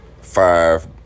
five